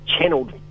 channeled